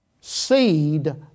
seed